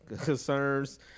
concerns